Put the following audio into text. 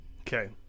Okay